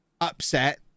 upset